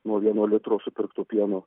nuo vieno litro supirkto pieno